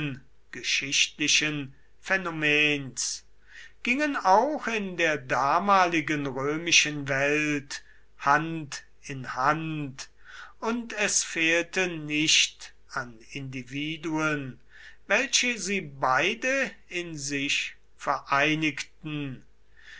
geschichtlichen phänomens gingen auch in der damaligen römischen welt hand in hand und es fehlte nicht an individuen welche sie beide in sich vereinigten